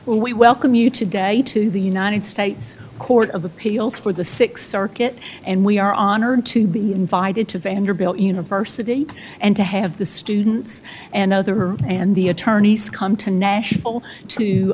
well we welcome you today to the united states court of appeals for the six circuit and we are honored to be invited to vanderbilt university and to have the students and other and the attorneys come to nashville to